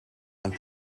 and